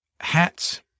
hats